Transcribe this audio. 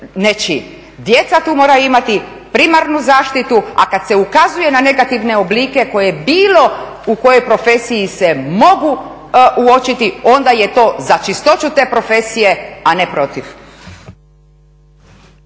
nečiji. Djeca tu moraju imati primarnu zaštitu, a kad se ukazuje na negativne oblike koje u bilo kojoj profesiji se mogu uočiti onda je to za čistoću te profesije, a ne protiv.